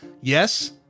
yes